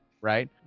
right